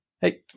Hey